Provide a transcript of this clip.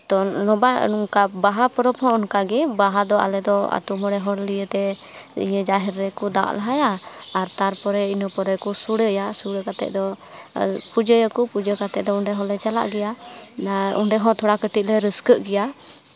ᱛᱚ ᱞᱚᱵᱟᱱ ᱱᱚᱝᱠᱟ ᱵᱟᱦᱟ ᱯᱚᱨᱚᱵᱽ ᱦᱚᱸ ᱚᱱᱠᱟ ᱜᱮ ᱵᱟᱦᱟ ᱫᱚ ᱟᱞᱮ ᱫᱚ ᱟᱛᱩ ᱢᱚᱬᱮ ᱦᱚᱲ ᱞᱤᱭᱮ ᱛᱮ ᱤᱭᱟᱹ ᱡᱟᱦᱮᱨ ᱨᱮᱠᱚ ᱫᱟᱵ ᱞᱟᱦᱟᱭᱟ ᱟᱨ ᱛᱟᱨᱯᱚᱨᱮ ᱤᱱᱟᱹ ᱯᱚᱨᱮ ᱠᱚ ᱥᱚᱲᱮᱹᱭᱟ ᱥᱚᱲᱮᱹ ᱠᱟᱛᱮ ᱫᱚ ᱯᱩᱡᱟᱹᱭᱟᱠᱚ ᱯᱩᱡᱟᱹ ᱠᱟᱛᱮ ᱫᱚ ᱚᱸᱰᱮ ᱦᱚᱸᱞᱮ ᱪᱟᱞᱟᱜ ᱜᱮᱭᱟ ᱟᱨ ᱚᱸᱰᱮ ᱦᱚᱸ ᱛᱷᱚᱲᱟ ᱠᱟᱹᱴᱤᱡ ᱞᱮ ᱨᱟᱹᱥᱠᱟᱹᱜ ᱜᱮᱭᱟ